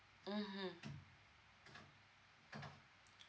mmhmm